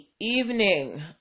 evening